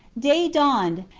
day dawned,